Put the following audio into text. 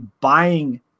buying